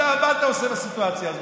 עכשיו, מה אתה עושה בסיטואציה הזאת?